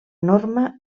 norma